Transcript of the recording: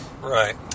Right